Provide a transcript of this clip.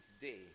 day